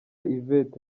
yvette